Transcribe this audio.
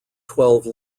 twelve